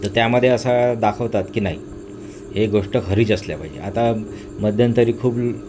तर त्यामध्ये असा दाखवतात की नाही हे गोष्ट खरीच असल्या पाहिजे आता मध्यंतरी खूप